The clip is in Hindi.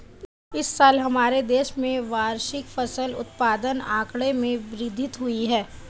इस साल हमारे देश में वार्षिक फसल उत्पादन आंकड़े में वृद्धि हुई है